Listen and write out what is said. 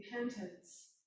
repentance